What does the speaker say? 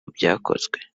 byakozwe